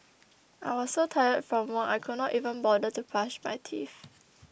I was so tired from work I could not even bother to brush my teeth